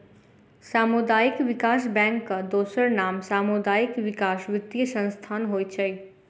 सामुदायिक विकास बैंकक दोसर नाम सामुदायिक विकास वित्तीय संस्थान होइत छै